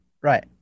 Right